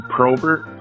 Probert